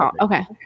okay